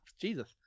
Jesus